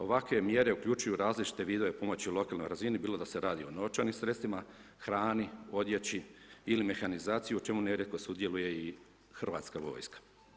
Ovakve mjere uključuje različite vidove pomoći na lokalnoj razini, bilo da se radi o novčanim sredstvima, hrani, odjeći ili mehanizaciji, o čemu nerijetko sudjeluje i hrvatska vojska.